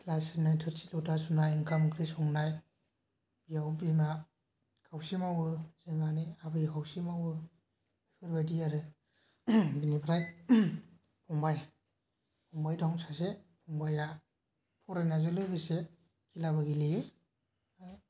सिथ्ला सिबनाय थोरसि लथा सुनाय ओंखाम ओंख्रि संनाय बेयाव बिमा खावसे मावो जोंहानि आबै खावसे मावो बेफोरबायदि आरो बेनिफ्राय फंबाय फंबाय दं सासे फंबाया फरायनायजों लोगोसे खेलाबो गेलेयो